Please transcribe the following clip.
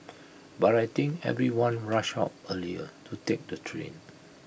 but I think everyone rushed out earlier to take the train